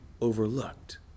overlooked